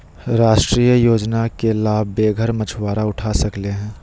राष्ट्रीय योजना के लाभ बेघर मछुवारा उठा सकले हें